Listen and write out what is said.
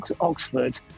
Oxford